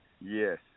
Yes